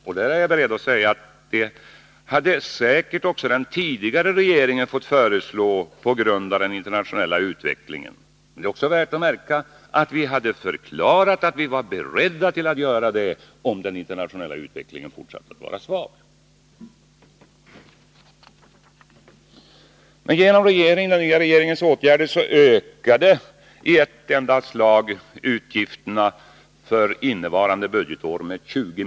Jag är beredd att säga att säkerligen även den tidigare regeringen hade fått föreslå detta på grund av den internationella utvecklingen. Det är också värt att märka att vi hade förklarat att vi var beredda att göra det om den internationella utvecklingen fortsatte att vara svag. Genom den nya regeringens åtgärder ökade utgifterna i ett enda slag med 20 miljarder för innevarande budgetår.